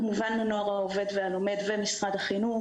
כמובן הנוער העובד והלומד ומשרד החינוך.